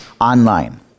online